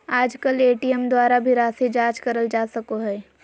आजकल ए.टी.एम द्वारा भी राशी जाँच करल जा सको हय